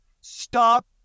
Stop